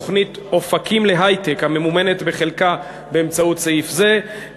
תוכנית "אופקים להיי-טק" ממומנת בחלקה באמצעות סעיף זה,